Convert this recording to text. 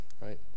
right